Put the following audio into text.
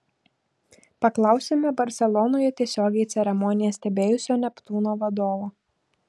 paklausėme barselonoje tiesiogiai ceremoniją stebėjusio neptūno vadovo